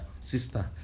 sister